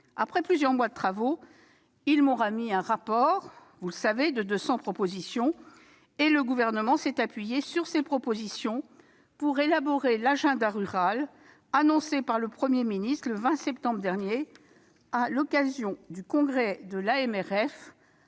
Après plusieurs mois de travaux, ces élus m'ont remis un rapport où figuraient 200 propositions. Le Gouvernement s'est appuyé sur ces recommandations pour élaborer l'agenda rural annoncé par le Premier ministre le 20 septembre dernier à l'occasion du congrès de l'AMRF